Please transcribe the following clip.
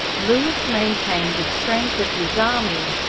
louis maintained the strength of his army,